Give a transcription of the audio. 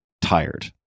tired